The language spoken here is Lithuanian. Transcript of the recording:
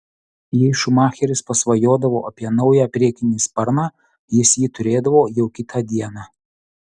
jei schumacheris pasvajodavo apie naują priekinį sparną jis jį turėdavo jau kitą dieną